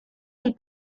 del